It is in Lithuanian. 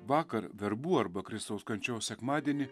vakar verbų arba kristaus kančios sekmadienį